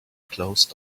closed